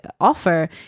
offer